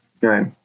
right